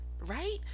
right